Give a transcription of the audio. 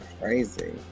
crazy